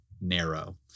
narrow